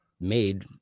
made